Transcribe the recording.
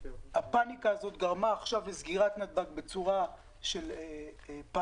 והפניקה הזאת גרמה עכשיו לסגירת נתב"ג בצורה של פניקה.